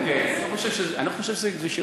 אני לא חושב שזה,